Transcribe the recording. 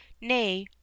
nay